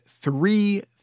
three